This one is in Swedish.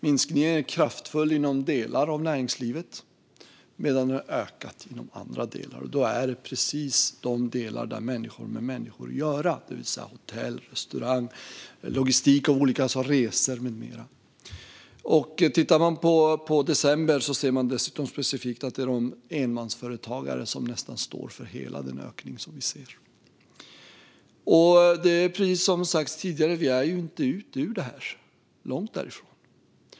Minskningen är kraftfull inom delar av näringslivet medan den har ökat inom andra delar, och det är precis de delar där människor har med människor att göra, det vill säga hotell, restaurang, logistik av olika slag och resor med mera. Tittar man på december ser man dessutom specifikt att det är enmansföretagare som står för nästan hela ökningen. Precis som också har sagts tidigare är vi inte ute ur det här - långt därifrån.